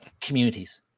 communities